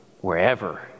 wherever